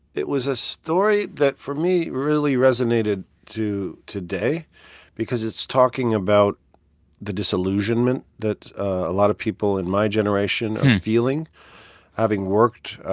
it was a story that, for me, really resonated to today because it's talking about the disillusionment that a lot of people in my generation are feeling having worked